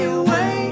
away